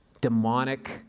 demonic